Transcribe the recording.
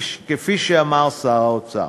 כפי שאמר שר האוצר.